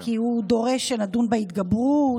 כי הוא דורש שנדון בהתגברות,